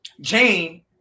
Jane